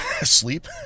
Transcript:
Sleep